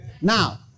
Now